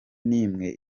n’imwe